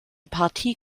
partie